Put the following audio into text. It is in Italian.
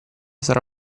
sarà